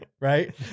right